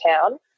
town